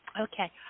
Okay